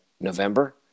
November